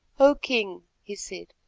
o king, he said,